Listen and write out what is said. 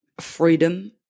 freedom